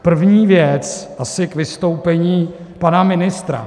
První věc asi k vystoupení pana ministra.